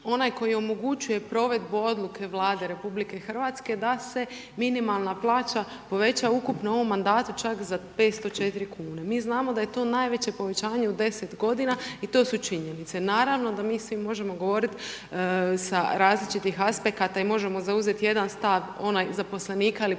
onaj koji omogućuje provedbu odluke Vlade RH da se minimalna plaća poveća ukupno u ovom mandatu čak za 504 kune. Mi znamo da je to najveće povećanje u 10 g. i to su činjenice. Naravno da mi svi možemo govoriti sa različitih aspekata i možemo zauzeti jedan stav onaj zaposlenika ili